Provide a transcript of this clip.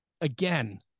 again